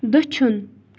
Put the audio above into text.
دٔچھُن